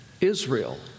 Israel